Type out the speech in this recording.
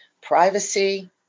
privacy